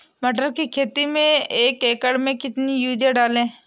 मटर की खेती में एक एकड़ में कितनी यूरिया डालें?